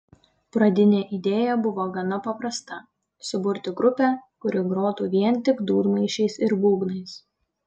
pradinė idėja buvo gana paprasta suburti grupę kuri grotų vien tik dūdmaišiais ir būgnais